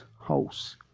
house